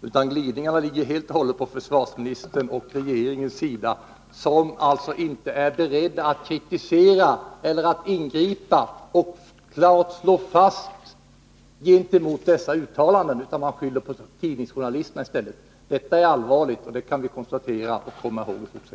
För glidningarna står helt och hållet försvarsministern och regeringen, när man inte är beredd att kritisera uttalandena eller att ingripa och klart slå fast vad som gäller. Man skyller i stället på tidningsjournalisterna. Detta är allvarligt. Det kan vi konstatera och komma ihåg i fortsättningen.